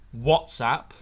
WhatsApp